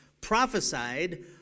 prophesied